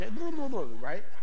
Right